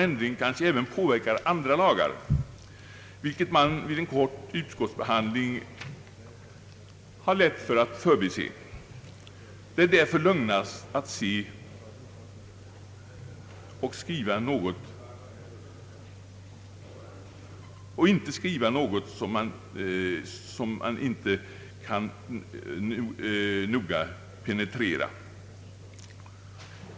Ändringen kanske även påverkar andra lagar, något som man vid en kort utskottsbehandling lätt kan förbise. Det är därför lugnast att inte skriva något som man inte kan noga penetrera.